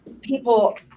people